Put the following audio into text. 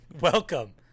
Welcome